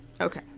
Okay